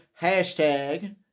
hashtag